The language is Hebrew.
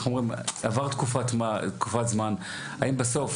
עבר תקופת זמן, האם בסוף